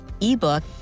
ebook